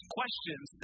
questions